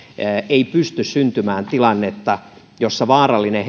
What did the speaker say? ei pysty syntymään tilannetta jossa vaarallinen